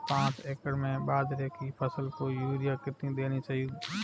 पांच एकड़ में बाजरे की फसल को यूरिया कितनी देनी होगी?